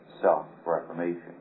self-reformation